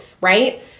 Right